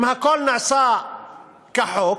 אם הכול נעשה כחוק,